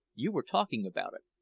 you were talking about it.